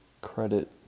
credit